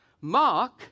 Mark